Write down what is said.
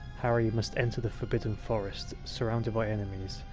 harry must enter the forbidden forest, surrounded by enemies,